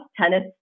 tennis